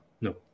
No